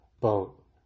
boat